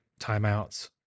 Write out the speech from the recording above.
timeouts